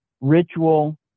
ritual